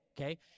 Okay